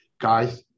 guys